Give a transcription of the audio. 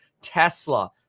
Tesla